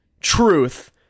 truth